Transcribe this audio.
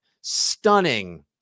stunning